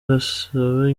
arasaba